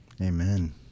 Amen